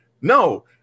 no